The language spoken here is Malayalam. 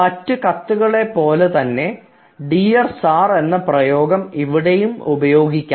മറ്റു കത്തുകളിലെ പോലെ തന്നെ ഡിയർ സർ എന്ന പ്രയോഗം ഇവിടെയും ഉപയോഗിക്കാം